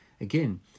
Again